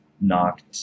knocked